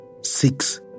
six